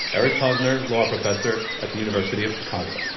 eric posner, law professor at the university of chicago.